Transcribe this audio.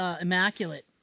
immaculate